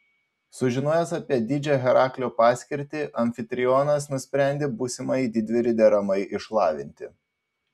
sužinojęs apie didžią heraklio paskirtį amfitrionas nusprendė būsimąjį didvyrį deramai išlavinti